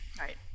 right